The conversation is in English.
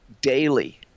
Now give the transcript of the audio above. daily